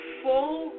full